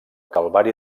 calvari